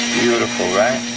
beautiful, right?